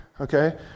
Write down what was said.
Okay